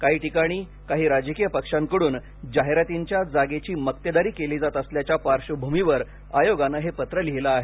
काही ठिकाणी काही राजकीय पक्षांकडून जाहिरातींच्या जागेची मक्तेदारी केली जात असल्याच्या पार्श्वभूमीवर आयोगाने हे पत्र लिहिलं आहे